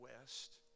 West